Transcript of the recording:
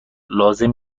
لازم